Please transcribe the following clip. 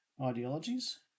ideologies